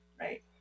right